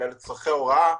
אלא לצורכי הוראה,